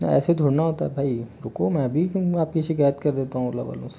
ऐसे थोड़ी ना होता है भाई रुको मैं अभी आप की शिकायत कर देता हूँ मतलब ओला वालों से